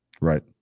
Right